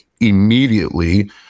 immediately